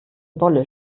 bolle